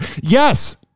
Yes